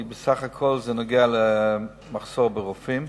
כי בסך הכול זה נוגע למחסור ברופאים.